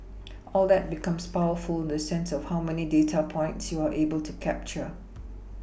all that becomes powerful in the sense of how many data points you are able to capture